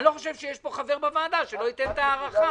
אני לא חושב שיהיה פה חבר בוועדה שלא ייתן הארכה.